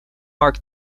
mark